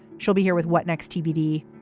she'll be here with what next tbd.